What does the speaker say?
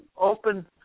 open